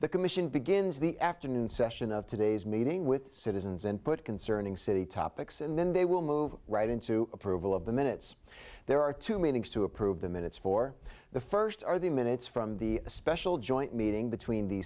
the commission begins the afternoon session of today's meeting with citizens and put concerning city topics and then they will move right into approval of the minutes there are two meetings to approve the minutes for the first are the minutes from the special joint meeting between the